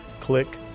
Click